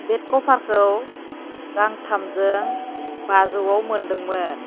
बेद कभारखौ गांथामजों बाजौआव मोनदोंमोन